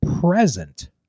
present